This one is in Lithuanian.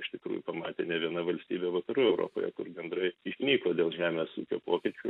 iš tikrųjų pamatė ne viena valstybė vakarų europoje kur gandrai išnyko dėl žemės ūkio pokyčių